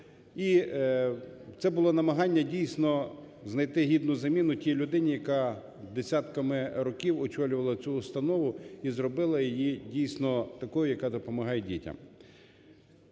І це було намагання дійсно знайти гідну заміну тій людині, яка десятками років очолювала цю установу і зробила її дійсно такою, яка допомагає дітям.